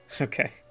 Okay